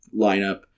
lineup